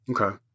Okay